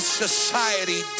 society